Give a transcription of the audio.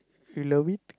you love it